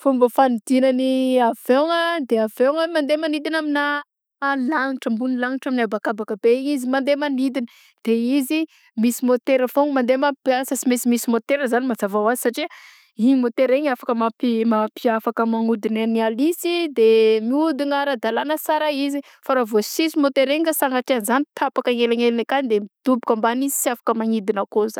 Fomba fanidinan'ny avion a, de avion a mandeha manidina aminà lagnitra ambon'ny lagnitra amin'ny habakabaka be izy mandeha manidina de izy misy môtera foagna mandeha mampiasa tsy maintsy misy motera zany mazava ho azy satria igny môtera igny afaka mampi- mampi- afaka magnodina ny alisy de miodigna ara-dalàna sara izy fa ra vao sisy môtera igny ka sagnatria an'zany tapaka agnelagnelany akany modoboka ambany izy tsy afaka magnidika kô za.